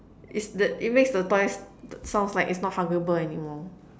it's the it makes the toy s~ sounds like it's not huggable anymore